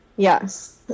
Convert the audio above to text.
Yes